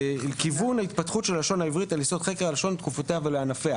כיוון ההתפתחות של הלשון העברית על יסוד חקר הלשון לתקופותיה וענפיה.